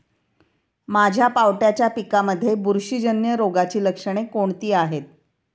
माझ्या पावट्याच्या पिकांमध्ये बुरशीजन्य रोगाची लक्षणे कोणती आहेत?